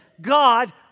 God